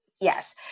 Yes